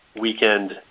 weekend